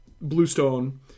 bluestone